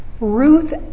Ruth